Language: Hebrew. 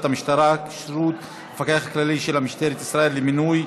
המשטרה (כשירות המפקח הכללי של משטרת ישראל למינוי,